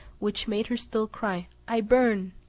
which made her still cry i burn!